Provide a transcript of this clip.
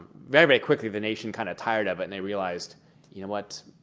very very quickly the nation kind of tired of it and they realized you know what,